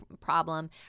problem